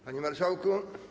Panie Marszałku!